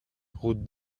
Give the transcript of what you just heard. route